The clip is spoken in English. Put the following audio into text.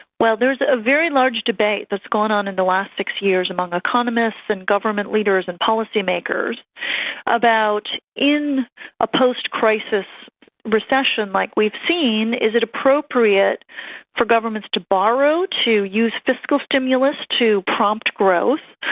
well, there's a very large debate that has gone on in the last six years among economists and government leaders and policy makers about in a post-crisis recession like we've seen, is it appropriate for governments to borrow, to use fiscal stimulus to prompt growth?